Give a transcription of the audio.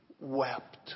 wept